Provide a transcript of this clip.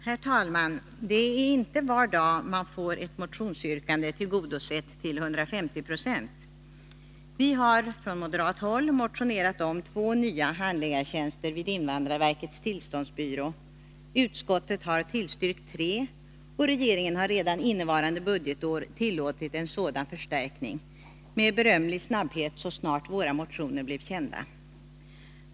Herr talman! Det är inte var dag man får ett motionsyrkande tillgodosett till 150 96. Vi har från moderat håll motionerat om två nya handläggartjänster vid invandrarverkets tillståndsbyrå. Utskottet har tillstyrkt tre, och regeringen har redan innevarande budgetår tillåtit en sådan förstärkning — med berömlig snabbhet så snart våra motioner blivit kända.